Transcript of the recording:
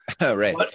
Right